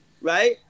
right